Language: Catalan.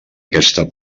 aquesta